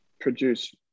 produce